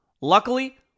Luckily